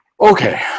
okay